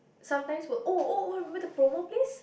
sometimes will oh oh oh remember the promo place